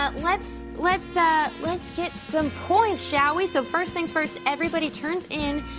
ah let's, let's ah, let's get some points, shall we? so first things first everybody turns in,